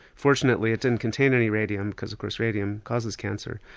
fortunately it didn't contain any radium because because radium causes cancer.